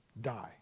die